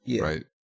right